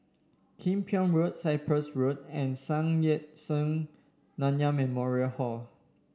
Kim Pong Road Cyprus Road and Sun Yat Sen Nanyang Memorial Hall